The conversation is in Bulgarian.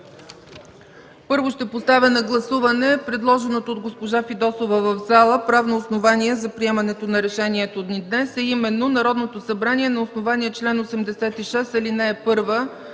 Първо ще поставя на гласуване предложеното от госпожа Фидосова в залата правно основание за приемането на решението ни днес, а именно: „Народното събрание на основание чл. 86, ал. 1